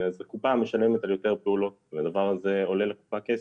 הקופה משלמת על יותר פעולות וזה עולה לה כסף.